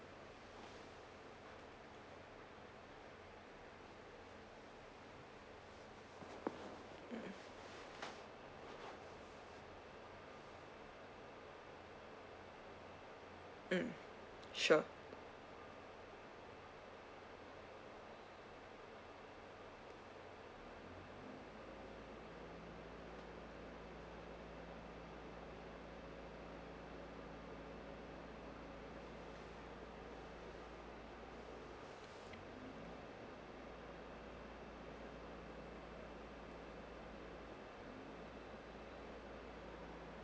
mm sure